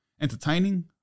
entertaining